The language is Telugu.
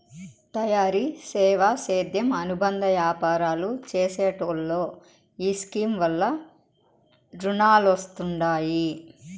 తయారీ, సేవా, సేద్యం అనుబంద యాపారాలు చేసెటోల్లో ఈ స్కీమ్ వల్ల రునాలొస్తండాయి